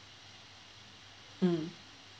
mm